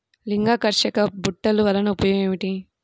లింగాకర్షక బుట్టలు వలన ఉపయోగం ఏమిటి?